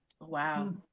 Wow